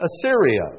Assyria